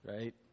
Right